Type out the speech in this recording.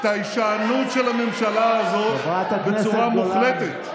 את ההישענות של הממשלה הזאת בצורה מוחלטת,